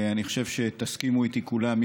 אני חושב שתסכימו איתי כולם,